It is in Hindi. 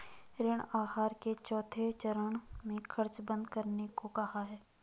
ऋण आहार के चौथे चरण में खर्च बंद करने को कहा है